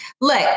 look